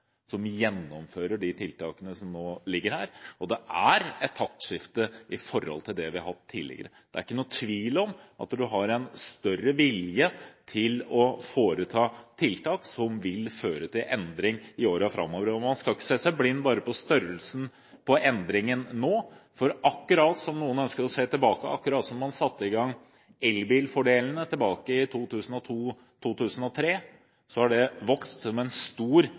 som gjennomfører de tiltakene som nå ligger her, og det er et taktskifte i forhold til det vi har hatt tidligere. Det er ikke noen tvil om at man har en større vilje til å sette inn tiltak som vil føre til endring i årene framover, og man skal ikke se seg blind på størrelsen av endringen nå, for hvis man ønsker å se tilbake, er det akkurat som da man satte i gang med elbilfordelene tilbake i 2002–2003, og det har vokst som en stor